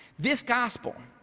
this gospel,